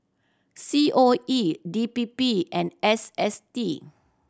C O E D P P and S S T